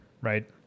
right